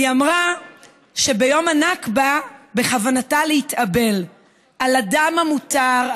היא אמרה שביום הנכבה בכוונתה להתאבל: על הדם המותר,